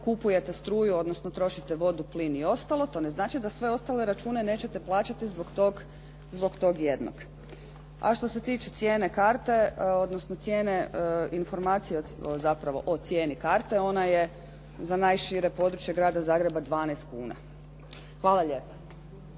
kupujete struju, odnosno trošite vodu, plin i ostalo to ne znači da sve ostale račune nećete plaćati zbog tog jednog. A što se tiče cijene karte, odnosno cijene informacije zapravo o cijeni karte. Ona je za najšire područje Grada Zagreba 12,00 kn. Hvala lijepa.